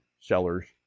seller's